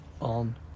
on